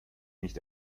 nicht